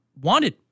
wanted